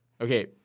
Okay